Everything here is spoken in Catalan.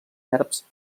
verbs